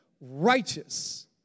righteous